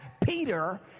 Peter